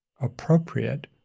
appropriate